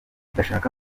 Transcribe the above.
ndashaka